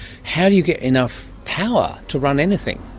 how do you get enough power to run anything?